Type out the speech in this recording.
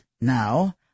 now